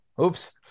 Oops